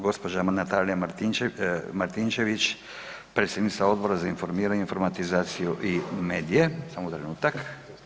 Gđa. Natalija Martinčević, predsjednica Odbora za informiranje, informatizaciju i medije, samo trenutak.